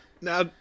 Now